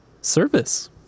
service